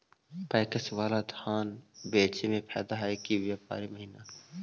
PACS बाला में धान बेचे मे फायदा है कि व्यापारी महिना?